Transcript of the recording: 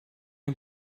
you